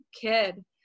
kid